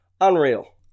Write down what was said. unreal